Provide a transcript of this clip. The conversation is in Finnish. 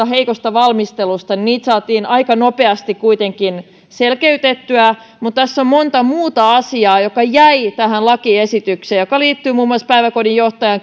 heikosta valmistelusta saatiin kuitenkin aika nopeasti selkeytettyä mutta tässä on monta muuta asiaa jotka jäivät tähän lakiesitykseen ja jotka liittyvät muun muassa päiväkodinjohtajan